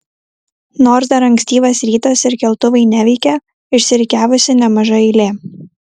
nors dar ankstyvas rytas ir keltuvai neveikia išsirikiavusi nemaža eilė